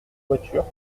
voiture